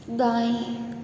दाएं